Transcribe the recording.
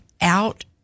out